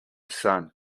son